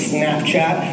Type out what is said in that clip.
Snapchat